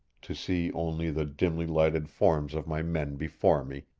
to see only the dimly-lighted forms of my men before me,